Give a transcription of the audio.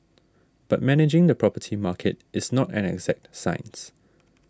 but managing the property market is not an exact science